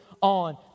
on